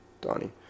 Donnie